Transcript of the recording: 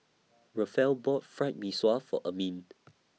Rafael bought Fried Mee Sua For Ermine